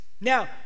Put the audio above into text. Now